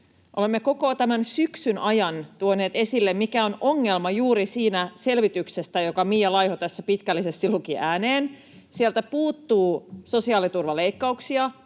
Olemme koko tämän syksyn ajan tuoneet esille, mikä on ongelma juuri siinä selvityksessä, jonka Mia Laiho tässä pitkällisesti luki ääneen. Sieltä puuttuu sosiaaliturvaleikkauksia,